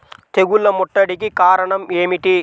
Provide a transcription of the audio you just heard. తెగుళ్ల ముట్టడికి కారణం ఏమిటి?